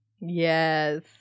Yes